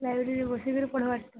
ଲାଇବ୍ରେରୀରେ ବସିକରି ପଢ଼ିବା